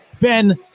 Ben